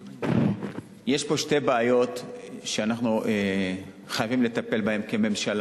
יש פה שתי בעיות שאנחנו חייבים לטפל בהן, כממשלה.